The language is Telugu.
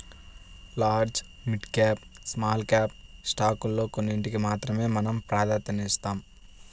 large, mid cap, small cap స్టాకుల్లో కొన్నిటికి మాత్రమే మనం ప్రాధన్యతనిస్తాం